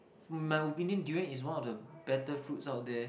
in my opinion durian is one of the better fruits out there